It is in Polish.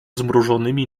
zmrużonymi